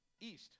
east